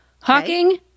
Hawking